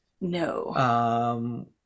No